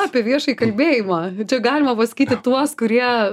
apie viešą kalbėjimą čia galima pasakyti tuos kurie